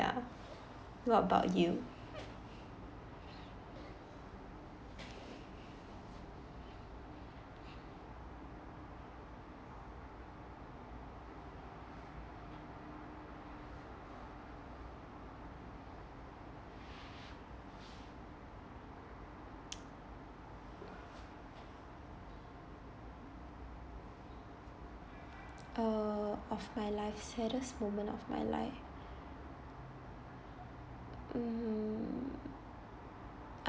ya what about you err of my life saddest moment of my life mm